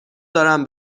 دارم